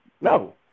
No